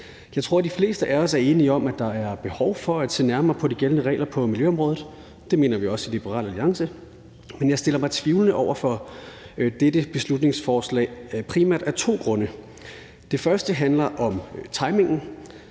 Jeg tror, de fleste af os er enige om, at der er behov for at se nærmere på de gældende regler på miljøområdet. Det mener vi også i Liberal Alliance, men jeg stiller mig tvivlende over for dette beslutningsforslag, primært af to grunde. Den første handler om timingen.